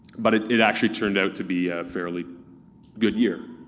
but it it actually turned out to be a fairly good year.